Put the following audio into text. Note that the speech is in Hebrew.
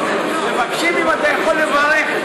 מבקשים, אם אתה יכול, לברך,